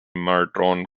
merton